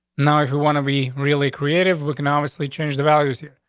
now, if you want to be really creative, we can obviously change the values here.